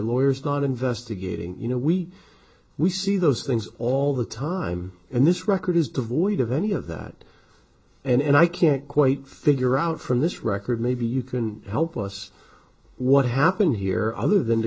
lawyer is not investigating you know we we see those things all the time and this record is devoid of any of that and i can't quite figure out from this record maybe you can help us what happened here other than t